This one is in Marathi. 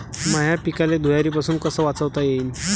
माह्या पिकाले धुयारीपासुन कस वाचवता येईन?